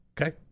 Okay